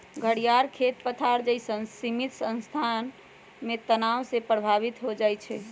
घरियार खेत पथार जइसन्न सीमित स्थान में तनाव से प्रभावित हो जाइ छइ